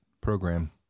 program